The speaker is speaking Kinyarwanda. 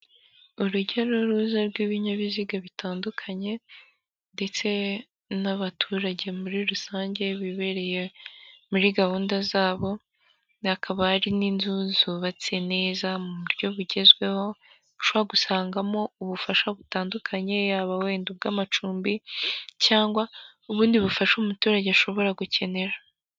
Urujya n'uruza rw'ibinyabiziga bitandukanye ndetse n'abaturage muri rusange bibereye muri gahunda zabo. Hakaba hari n'inzu zubatse neza mu buryo bugezweho, ushobora gusangamo ubufasha butandukanye yaba wenda ubw'amacumbi cyangwa ubundi bufasha umuturage ashobora gukenera.